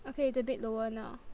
okay it's a bit lower now